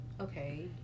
Okay